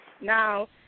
Now